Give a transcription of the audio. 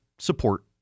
support